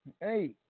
Hey